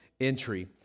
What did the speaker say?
entry